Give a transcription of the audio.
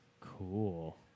cool